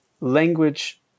language